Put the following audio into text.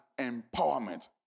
empowerment